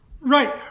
right